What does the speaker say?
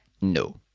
No